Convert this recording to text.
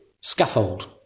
scaffold